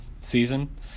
season